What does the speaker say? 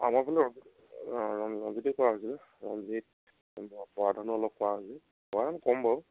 আমাৰো ৰঞ্জিতে কৰা হৈছিল ৰঞ্জিত বৰা ধানো অলপ কৰা হৈছিল কম বাৰু